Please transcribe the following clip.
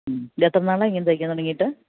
മ്മ് ഇതെത്ര നാളായി ഇങ്ങനെ തയ്ക്കാൻ തുടങ്ങിയിട്ട്